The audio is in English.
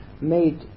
made